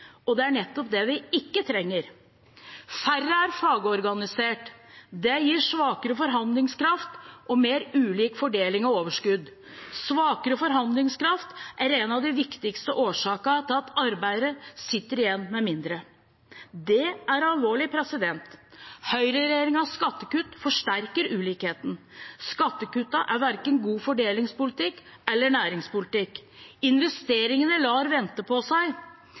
og det er nettopp det vi ikke trenger. Færre er fagorganisert. Det gir svakere forhandlingskraft og mer ulik fordeling av overskudd. Svakere forhandlingskraft er en av de viktigste årsakene til at arbeidere sitter igjen med mindre. Det er alvorlig. Høyreregjeringens skattekutt forsterker ulikheten. Skattekuttene er verken god fordelingspolitikk eller næringspolitikk. Investeringene lar vente på seg.